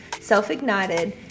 self-ignited